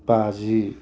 बाजि